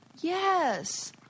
yes